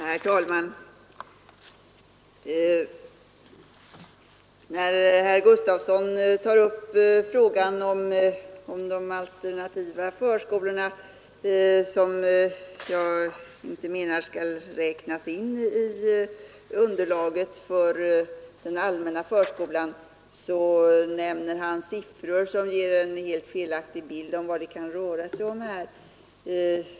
Herr talman! När herr Gustavsson i Alvesta tar upp frågan om de alternativa förskolorna — som jag inte tycker skall räknas in i underlaget för den allmänna förskolan — nämner han siffror som ger en helt felaktig bild av vad det kan röra sig om.